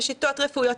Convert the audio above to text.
בשיטות רפואיות,